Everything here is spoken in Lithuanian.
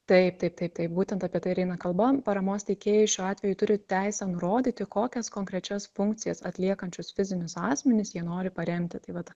taip taip taip taip būtent apie tai ir eina kalba paramos teikėjai šiuo atveju turi teisę nurodyti kokias konkrečias funkcijas atliekančius fizinius asmenis jie nori paremti tai vat